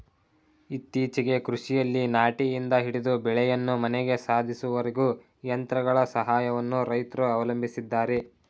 ಇತ್ತೀಚೆಗೆ ಕೃಷಿಯಲ್ಲಿ ನಾಟಿಯಿಂದ ಹಿಡಿದು ಬೆಳೆಯನ್ನು ಮನೆಗೆ ಸಾಧಿಸುವವರೆಗೂ ಯಂತ್ರಗಳ ಸಹಾಯವನ್ನು ರೈತ್ರು ಅವಲಂಬಿಸಿದ್ದಾರೆ